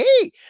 hey